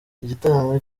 igitaramo